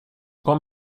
kom